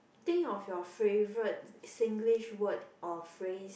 think of your favorite Singlish word or phrase